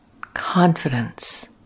Confidence